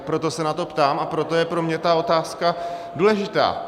Tak proto se na to ptám a proto je pro mě ta otázka důležitá.